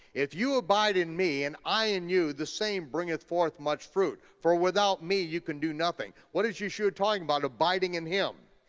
if you abide in me and i in you, the same bringeth forth much fruit. for without me, you can do nothing, what is yeshua talking about, abiding in him?